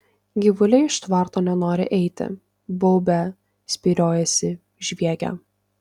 gyvuliai iš tvarto nenori eiti baubia spyriojasi žviegia